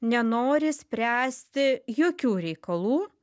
nenori spręsti jokių reikalų